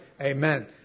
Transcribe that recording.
Amen